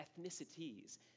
ethnicities